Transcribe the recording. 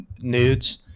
nudes